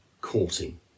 courting